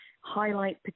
highlight